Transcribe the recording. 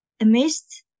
amazed